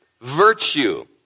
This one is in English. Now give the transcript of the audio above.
virtue